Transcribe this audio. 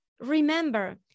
remember